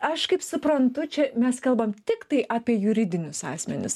aš kaip suprantu čia mes kalbam tiktai apie juridinius asmenis